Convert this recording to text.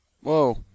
Whoa